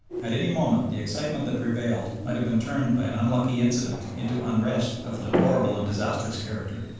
at any moment the excitement that prevailed might have been turned by an unlucky incident into unrest of a deplorable and disastrous character.